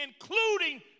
including